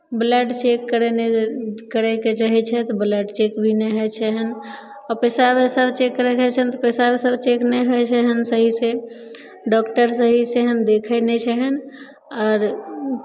blood check करेनाइ करयके चाहै छै तऽ ब्लड चेक भी नहि होइ छै एहन आ पेशाब उसाब चेक करयके होइ छनि तऽ पेशाब उसाब नहि चेक होइ छनि एहन सहीसँ डॉक्टर सहीसँ एहन देखै नहि छै एहन आओर